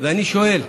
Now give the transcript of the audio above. ואני שואל: